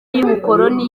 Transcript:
y’ubukoloni